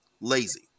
lazy